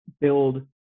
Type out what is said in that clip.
build